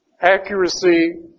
Accuracy